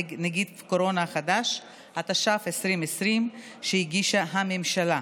נגיף הקורונה החדש), התש"ף 2020, שהגישה הממשלה.